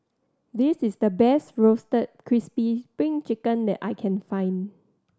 this is the best Roasted Crispy Spring Chicken that I can find